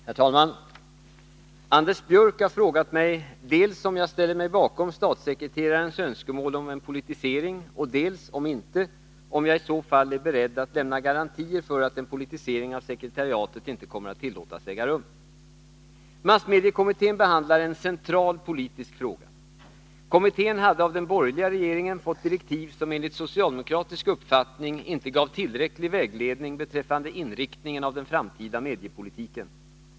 Herr talman! Anders Björck har frågat mig dels om jag ställer mig bakom statssekreterarens önskemål om en politisering, dels, om inte, om jag i så fall är beredd att lämna garantier för att en politisering av sekretariatet inte kommer att tillåtas äga rum. Massmediekommittén behandlar en central politisk fråga. Kommittén hade av den borgerliga regeringen fått direktiv som enligt socialdemokratisk uppfattning inte gav tillräcklig vägledning beträffande inriktningen av den framtida mediepolitiken.